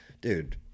dude